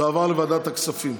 זה עובר לוועדת הכספים.